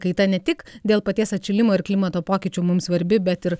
kaita ne tik dėl paties atšilimo ir klimato pokyčių mums svarbi bet ir